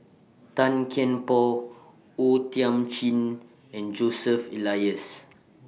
Tan Kian Por O Thiam Chin and Joseph Elias